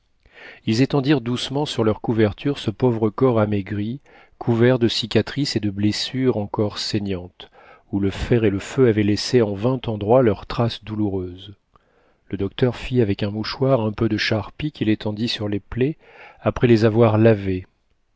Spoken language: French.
ils étendirent doucement sur leurs couvertures ce pauvre corps amaigri couvert de cicatrices et de blessures encore saignantes où le fer et le feu avaient laissé en vingt endroits leurs traces douloureuses le docteur fit avec un mouchoir un peu de charpie qu'il étendit sur les plaies après les avoir lavées